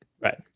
Right